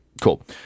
Cool